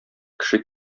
кеше